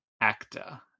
actor